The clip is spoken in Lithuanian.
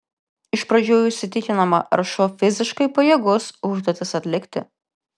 iš pradžių įsitikinama ar šuo fiziškai pajėgus užduotis atlikti